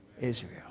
Israel